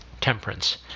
temperance